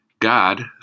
God